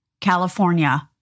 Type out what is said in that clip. California